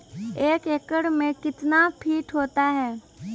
एक एकड मे कितना फीट होता हैं?